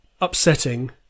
upsetting